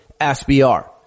SBR